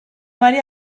mary